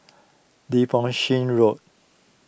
Devonshire Road